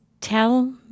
tell